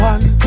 One